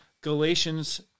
Galatians